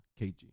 kg